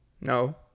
No